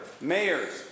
mayors